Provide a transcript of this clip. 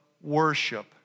worship